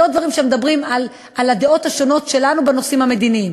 דברים שמדברים על הדעות השונות שלנו בנושאים המדיניים.